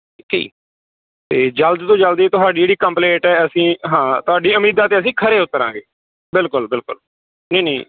ਠੀਕ ਅਤੇ ਜਲਦ ਤੋਂ ਜਲਦੀ ਤੁਹਾਡੀ ਜਿਹੜੀ ਕੰਪਲੇਂਟ ਹੈ ਅਸੀਂ ਹਾਂ ਤੁਹਾਡੀ ਉਮੀਦਾਂ 'ਤੇ ਅਸੀਂ ਖਰੇ ਉਤਰਾਂਗੇ ਬਿਲਕੁਲ ਬਿਲਕੁਲ ਨਹੀਂ ਨਹੀਂ